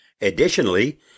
Additionally